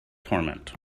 torment